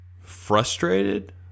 frustrated